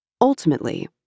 Ultimately